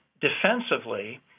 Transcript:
defensively